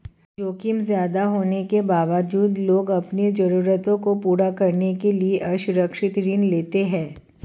जोखिम ज्यादा होने के बावजूद लोग अपनी जरूरतों को पूरा करने के लिए असुरक्षित ऋण लेते हैं